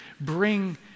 bring